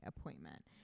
appointment